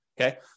Okay